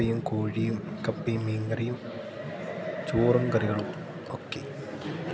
കപ്പയും കോഴിയും കപ്പയും മീൻകറിയും ചോറും കറികളും ഒക്കെ